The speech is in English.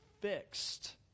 fixed